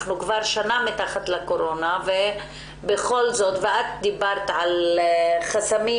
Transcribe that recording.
אנחנו כבר שנה בקורונה ואת דיברת על חסמים